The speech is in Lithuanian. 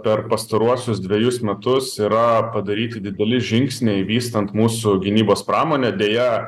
per pastaruosius dvejus metus yra padaryti dideli žingsniai vystant mūsų gynybos pramonę deja